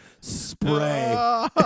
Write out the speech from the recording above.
spray